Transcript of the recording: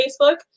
facebook